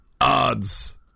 odds